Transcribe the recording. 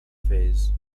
phase